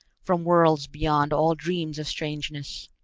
from worlds beyond all dreams of strangeness.